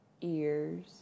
ears